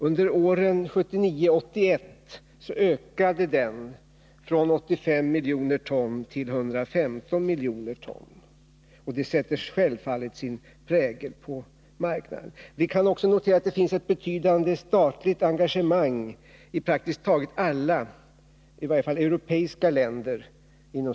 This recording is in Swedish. Under åren 1979-1981 ökade den från 85 miljoner ton till 115 miljoner ton, och det sätter självfallet sin prägel på marknaden. Man kan också notera att det finns ett betydande statligt engagemang inom stålindustrin i praktiskt taget alla länder — i varje fall de europeiska.